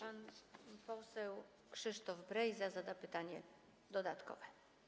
Pan poseł Krzysztof Brejza zada pytanie dodatkowe.